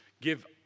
give